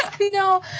no